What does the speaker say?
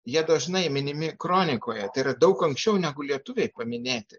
jie dažnai minimi kronikoje tai yra daug anksčiau negu lietuviai paminėti